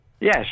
Yes